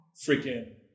freaking